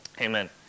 Amen